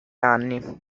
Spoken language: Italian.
anni